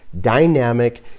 dynamic